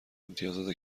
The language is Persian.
امتیازات